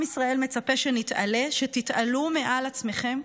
עם ישראל מצפה שנתעלה, שתתעלו מעל עצמכם,